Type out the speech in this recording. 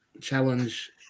challenge